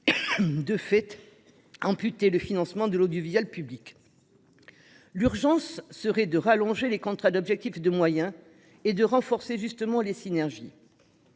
de fait, amputer le financement de l'audiovisuel public. L'urgence, ce serait d'allonger les contrats d'objectifs et de moyens et de renforcer les synergies,